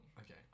Okay